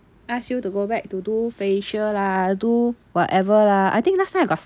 ask you to go back to do facial lah do whatever lah I think last time I got